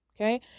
Okay